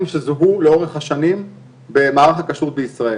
שזוהו לאורך השנים במערך הכשרות בישראל.